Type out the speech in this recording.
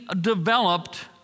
developed